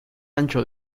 ancho